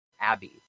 Abby